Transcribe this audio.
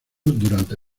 durante